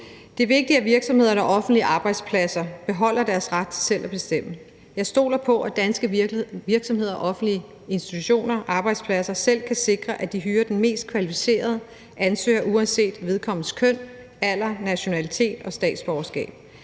Det er vigtigt, at virksomheder og offentlige arbejdspladser beholder deres ret til selv at bestemme. Jeg stoler på, at danske virksomheder og offentlige institutioner og arbejdspladser selv kan sikre, at de hyrer den mest kvalificerede ansøger uanset vedkommendes køn, alder, nationalitet og statsborgerskab.